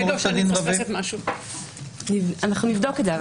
אנחנו נבדוק את זה.